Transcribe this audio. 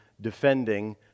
defending